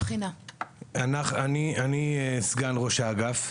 אני סגן ראש האגף.